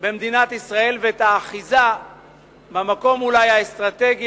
במדינת ישראל ואת האחיזה במקום האסטרטגי,